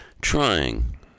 trying